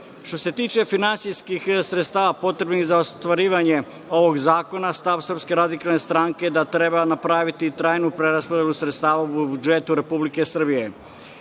se tiče finansijskih sredstava potrebnih za ostvarivanje ovog zakona, stav SRS je da treba napraviti trajnu preraspodelu sredstava u budžetu Republike Srbije,